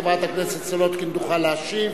חברת הכנסת סולודקין תוכל להשיב.